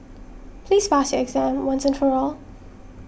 please pass your exam once and for all